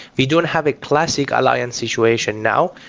we don't have a classic alliance situation now.